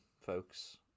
folks